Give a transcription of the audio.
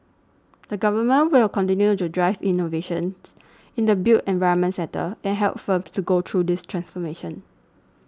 the Government will continue to drive innovations in the built environment sector and help firms to go through this transformation